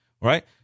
right